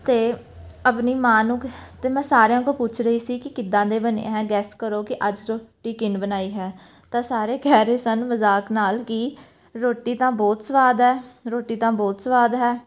ਅਤੇ ਆਪਣੀ ਮਾਂ ਨੂੰ ਕ ਅਤੇ ਮੈਂ ਸਾਰਿਆਂ ਕੋਲੋਂ ਪੁੱਛ ਰਹੀ ਸੀ ਕਿ ਕਿੱਦਾਂ ਦੇ ਬਣੇ ਹੈ ਗੈਸ ਕਰੋ ਕਿ ਅੱਜ ਰੋਟੀ ਕਿਨ ਬਣਾਈ ਹੈ ਤਾਂ ਸਾਰੇ ਕਹਿ ਰਹੇ ਸਨ ਮਜ਼ਾਕ ਨਾਲ ਕਿ ਰੋਟੀ ਤਾਂ ਬਹੁਤ ਸੁਆਦ ਹੈ ਰੋਟੀ ਤਾਂ ਬਹੁਤ ਸੁਆਦ ਹੈ